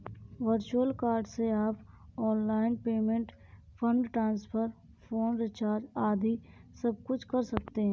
virtual card से आप online payment, fund transfer, phone recharge आदि सबकुछ कर सकते हैं